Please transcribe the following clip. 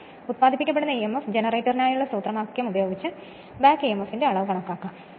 അതിനാൽ ഉത്പാദിപ്പിക്കപ്പെടുന്ന ഇഎംഎഫ് ജനറേറ്ററിനായുള്ള സൂത്രവാക്യം ഉപയോഗിച്ച് ബാക്ക് ഇഎംഎഫിന്റെ അളവ് കണക്കാക്കാം